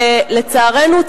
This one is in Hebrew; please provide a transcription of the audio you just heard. ולצערנו,